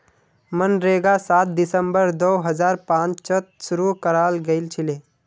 मनरेगा सात दिसंबर दो हजार पांचत शूरू कराल गेलछिले